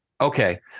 Okay